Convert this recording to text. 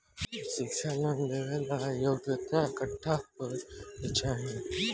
शिक्षा लोन लेवेला योग्यता कट्ठा होए के चाहीं?